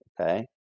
okay